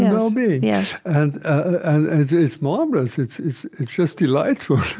well-being, yeah and ah it's it's marvelous. it's it's just delightful.